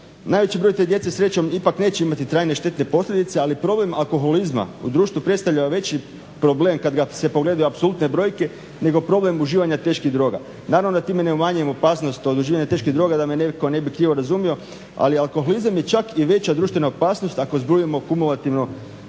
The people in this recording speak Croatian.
Najveći broj te djece srećom ipak neće imati trajne štetne posljedice, ali problem alkoholizma u društvu predstavlja veći problem kad se pogledaju apsolutne brojke nego problem uživanja teških droga. Naravno da time ne umanjujemo opasnost od uživanja teških droga da me netko ne bi krivo razumio, ali alkoholizam je čak i veća društvena opasnost ako zbrojimo kumulativno sve